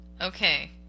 Okay